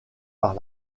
par